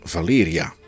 Valeria